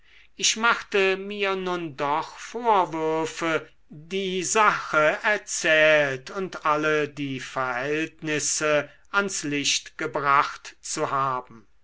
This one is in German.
ich machte mir nun doch vorwürfe die sache erzählt und alle die verhältnisse ans licht gebracht zu haben